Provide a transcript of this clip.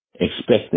expecting